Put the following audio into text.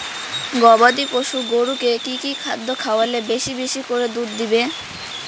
গবাদি পশু গরুকে কী কী খাদ্য খাওয়ালে বেশী বেশী করে দুধ দিবে?